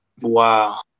wow